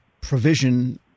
provision